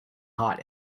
hot